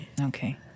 Okay